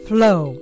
Flow